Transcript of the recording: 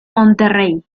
monterrey